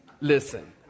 Listen